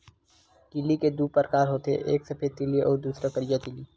तिली के दू परकार होथे एक सफेद तिली अउ दूसर करिया तिली